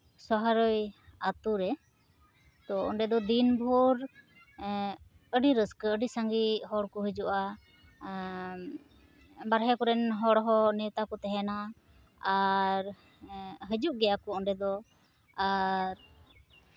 ᱥᱚᱦᱟᱨᱳᱭ ᱟᱹᱛᱩᱨᱮ ᱛᱳ ᱚᱸᱰᱮ ᱫᱚ ᱫᱤᱱ ᱵᱷᱳᱨ ᱟᱹᱰᱤ ᱨᱟᱹᱥᱠᱟᱹ ᱟᱹᱰᱤ ᱥᱟᱸᱜᱮ ᱦᱚᱲᱠᱚ ᱦᱤᱡᱩᱜᱼᱟ ᱵᱟᱦᱨᱮ ᱠᱚᱨᱮᱱ ᱦᱚᱲ ᱦᱚᱸ ᱱᱮᱶᱛᱟ ᱠᱚ ᱛᱟᱦᱮᱱᱟ ᱟᱨ ᱦᱤᱡᱩᱜ ᱜᱮᱭᱟᱠᱚ ᱚᱸᱰᱮ ᱫᱚ ᱟᱨ